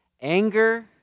anger